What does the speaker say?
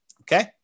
Okay